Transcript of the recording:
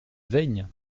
veynes